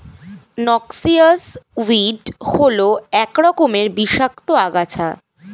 noxious weed হল এক রকমের বিষাক্ত আগাছা